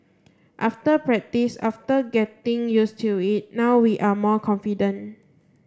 after practice after getting used to it now we are more confident